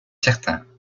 certain